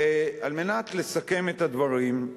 ועל מנת לסכם את הדברים,